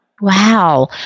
Wow